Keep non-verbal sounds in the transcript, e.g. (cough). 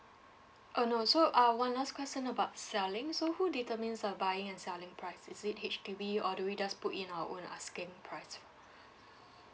oh no so uh one last question about selling so who determines the buying and selling price is it H_D_B or do we just put in our own asking price (breath)